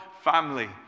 family